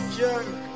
jerk